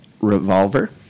Revolver